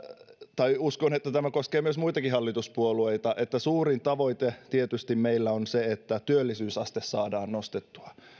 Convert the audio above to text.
tai uskon että tämä koskee myös muitakin hallituspuolueita että suurin tavoite tietysti meillä on se että työllisyysaste saadaan nostettua